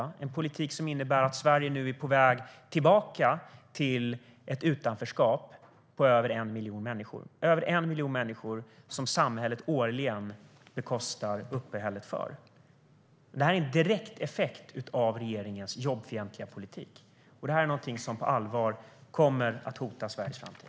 Det är en politik som innebär att Sverige är på väg tillbaka till ett utanförskap för över 1 miljon människor. Samhället bekostar årligen uppehället för över 1 miljon människor. Det är en direkt effekt av regeringens jobbfientliga politik. Det är något som på allvar kommer att hota Sveriges framtid.